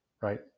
right